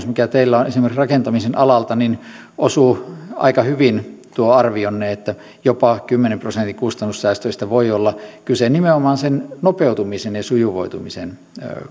mikä teillä on esimerkiksi rakentamisen alalta niin osuu aika hyvin tuo arvionne että jopa kymmenen prosentin kustannussäästöistä voi olla kyse nimenomaan sen nopeutumisen ja sujuvoitumisen